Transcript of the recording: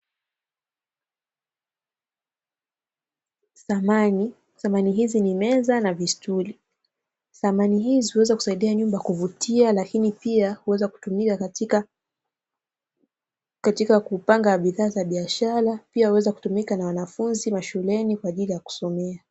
Samani, samani hizi ni meza na vistuli, samani hizi huweza kusaidia nyumba kuvutia lakini pia huweza kutumika katika kupanga bidhaa za biashara, pia huweza kutumika na wanafunzi mashuleni kwa ajili ya kusomea.